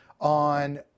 on